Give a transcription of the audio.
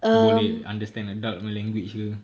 boleh understand adult punya language ke